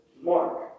mark